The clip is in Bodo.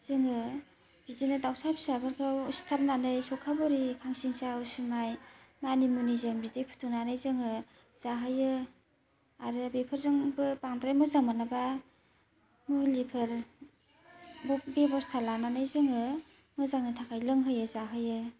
जोङो बिदिनो दाउसा फिसाफोरखौ सिथारनानै सौखा बरि खांसिंसा उसुमाइ मानिमुनिजों बिदै फुदुंनानै जोङो जाहोयो आरो बेफोरजोंबो बांद्राय मोजां मोनाबा मुलिफोर बेब'स्था लानानै जोङो मोजांनि थाखाय लोंहोयो जाहोयो